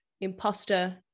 imposter